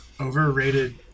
Overrated